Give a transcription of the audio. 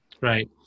Right